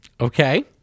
Okay